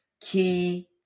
key